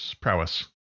Prowess